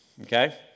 Okay